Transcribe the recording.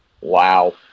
Wow